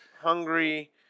hungry